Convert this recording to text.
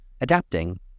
adapting